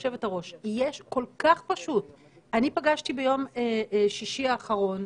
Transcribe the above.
חשופות וחשופים להרבה מאוד פגיעות שנשלם עליהן הרבה מאוד שנים.